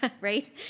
right